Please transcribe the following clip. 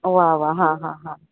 वा वा हां हां हां